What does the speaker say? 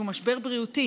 שהוא משבר בריאותי